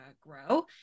grow